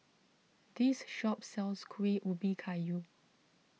this shop sells Kueh Ubi Kayu